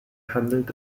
handelt